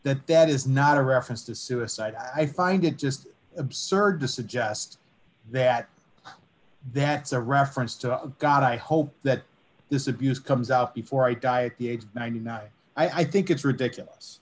that that is not a reference to suicide i find it just absurd to suggest that that's a reference to god i hope that this abuse comes out before i die at the age of ninety nine dollars i think it's ridiculous